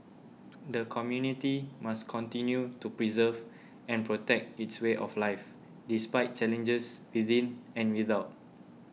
the community must continue to preserve and protect its way of life despite challenges within and without